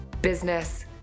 business